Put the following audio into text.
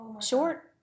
Short